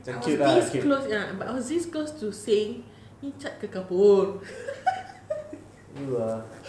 jangkit ah jangkit you ah